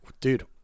dude